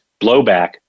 blowback